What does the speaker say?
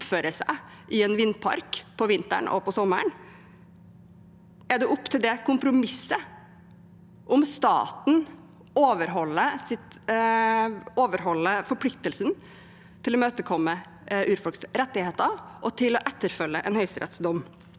i en vindpark på vinteren og på sommeren? Er det opp til det kompromisset om staten skal overholde forpliktelsen til å imøtekomme urfolks rettigheter og til å følge en høyesterettsdom?